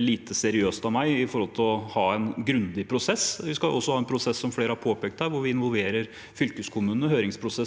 lite seriøst av meg i forhold til å ha en grundig prosess. Vi skal også ha en prosess, som flere har påpekt her, hvor vi involverer fylkeskommuner og høringsprosesser,